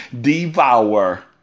devour